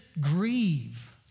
grieve